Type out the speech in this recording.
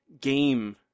game